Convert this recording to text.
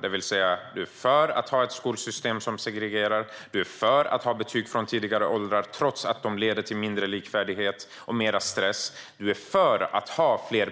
Du är för att ha ett skolsystem som segregerar. Du är för att ha betyg från tidigare åldrar trots att det leder till mindre likvärdighet och mer stress. Du är för att ha fler